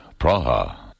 Praha